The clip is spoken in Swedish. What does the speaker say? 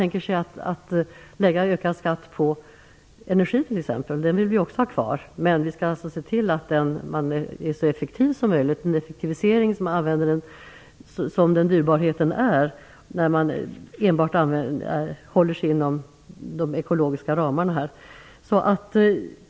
Man kan jämföra med att lägga ökad skatt på t.ex. energi - den vill vi också ha kvar, men vi skall se till att man är så effektiv som möjligt. Vi vill ha till stånd en effektivisering så att man använder energin som den dyrbarhet den är när vi håller oss inom de ekologiska ramarna.